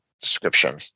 description